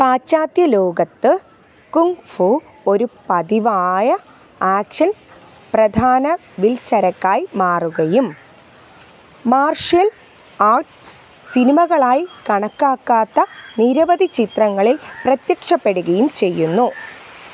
പാശ്ചാത്യലോകത്ത് kung fu ഒരു പതിവായ action പ്രധാന വില്ച്ചരക്കായി മാറുകയും മാർഷ്യൽ ആർട്സ് സിനിമകളായി കണക്കാക്കാത്ത നിരവധി ചിത്രങ്ങളിൽ പ്രത്യക്ഷപ്പെടുകയും ചെയ്യുന്നു